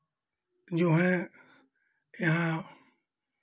जो हैं यहाँ